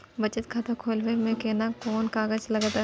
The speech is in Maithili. बचत खाता खोलबै में केना कोन कागज लागतै?